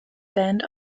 band